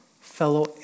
fellow